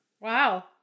Wow